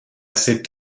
cet